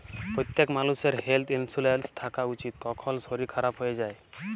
প্যত্তেক মালুষের health insurance থ্যাকা উচিত, কখল শরীর খারাপ হয়ে যায়